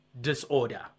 disorder